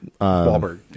Wahlberg